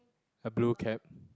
a blue cap